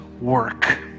work